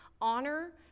honor